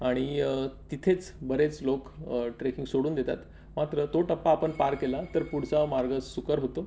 आणि तिथेच बरेच लोक ट्रेकिंग सोडून देतात मात्र तो टप्पा आपण पार केला तर पुढचा मार्ग सुकर होतो